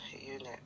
unit